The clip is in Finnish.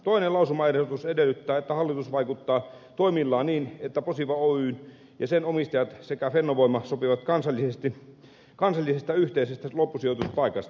toinen lausumaehdotus edellyttää että hallitus vaikuttaa toimillaan niin että posiva oy ja sen omistajat sekä fennovoima sopivat kansallisesta yhteisestä loppusijoituspaikasta